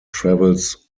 travels